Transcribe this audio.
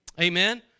Amen